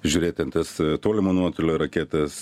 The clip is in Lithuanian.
žiūrėt ten tas tolimo nuotolio raketas